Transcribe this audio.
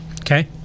Okay